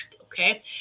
okay